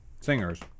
singers